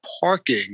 parking